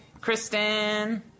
Kristen